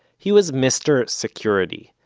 he was mr. security,